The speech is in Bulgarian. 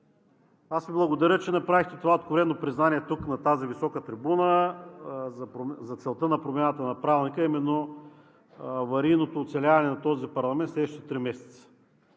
аз Ви благодаря, че направихте това откровено признание на тази висока трибуна за целта на промяната на Правилника, а именно аварийното оцеляване на този парламент в следващите три месеца.